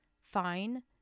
fine